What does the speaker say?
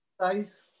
size